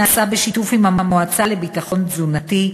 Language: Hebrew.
שנעשה בשיתוף עם המועצה לביטחון תזונתי,